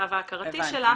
ובמצב ההכרתי שלה,